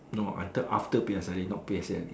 no I thought after P_S_L_E not P_S_L_E